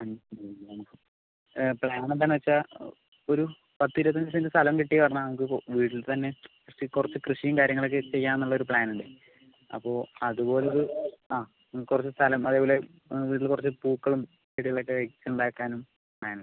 അഞ്ച് സെന്റിലാണ് പ്ലാൻ എന്താണെന്ന് വച്ചാൽ ഒരു പത്ത് ഇരുപത്തഞ്ച് സെൻറ്റ് സ്ഥലം കിട്ടിയാൽ നമുക്ക് വീട്ടിൽ തന്നെ കൃഷി കുറച്ച് കൃഷിയും കാര്യങ്ങൾ ഒക്കെ ചെയ്യാന്നുള്ള ഒരു പ്ലാൻ ഉണ്ട് അപ്പോൾ അതുപോലൊരു ആ കുറച്ച് സ്ഥലം അതുപോലെ വീട്ടിൽ കുറച്ച് പൂക്കളും ചെടികളൊക്കെ ഒക്കെ വച്ച് ഉണ്ടാക്കാനും പ്ലാൻ ഉണ്ട്